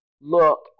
look